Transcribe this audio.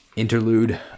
interlude